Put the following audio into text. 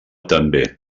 també